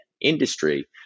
industry